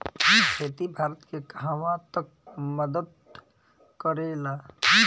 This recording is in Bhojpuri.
खेती भारत के कहवा तक मदत करे ला?